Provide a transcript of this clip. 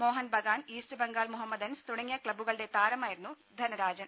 Mohan Bagan East Bengal Mohammedans തുടങ്ങിയ ക്ലബ്ബുകളുടെ താരമായിരുന്നു ധനരാജൻ